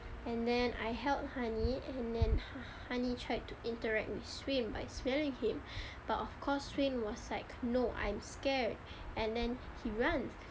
and then I held honey and then honey tried to interact with swain by smelling him but of course swain was like no I'm scared and then he run